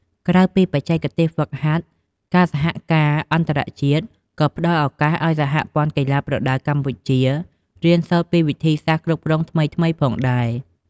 ក្រៅពីបច្ចេកទេសហ្វឹកហាត់ ការសហការអន្តរជាតិក៏ផ្តល់ឱកាសឲ្យសហព័ន្ធកីឡាប្រដាល់កម្ពុជា រៀនសូត្រពីវិធីសាស្ត្រគ្រប់គ្រងថ្មីៗផងដែរ។